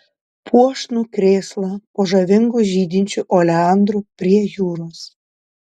puošnų krėslą po žavingu žydinčiu oleandru prie jūros